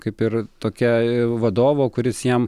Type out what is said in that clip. kaip ir tokią vadovo kuris jam